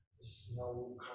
snow